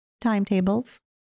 timetables